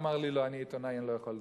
אמר לי: לא, אני עיתונאי, אני לא יכול לדבר.